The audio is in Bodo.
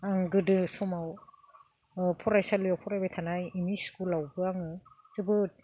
आं गोदो समाव फरायसालियाव फरायबाय थानाय स्कुलावबो आङो जोबोद